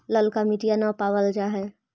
ललका मिटीया न पाबल जा है?